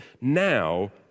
now